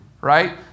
right